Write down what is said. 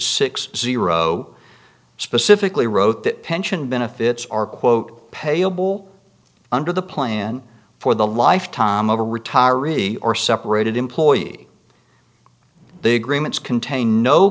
six zero specifically wrote that pension benefits are quote payable under the plan for the lifetime of a retiree or separated employee the agreements contain no